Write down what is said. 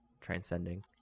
Transcending